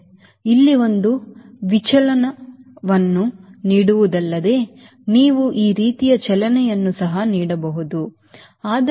ಅದು ಇಲ್ಲಿ ಒಂದು ವಿಚಲನವನ್ನು ನೀಡುವುದಲ್ಲದೆ ನೀವು ಈ ರೀತಿಯ ಚಲನೆಯನ್ನು ಸಹ ನೀಡಬಹುದು ಸರಿ